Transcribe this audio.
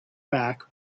back